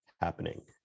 happening